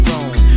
Zone